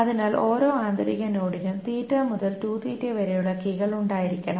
അതിനാൽ ഓരോ ആന്തരിക നോഡിനും മുതൽ വരെയുള്ള കീകൾ ഉണ്ടായിരിക്കണം